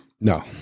No